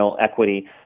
equity